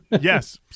Yes